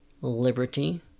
liberty